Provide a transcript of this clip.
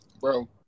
bro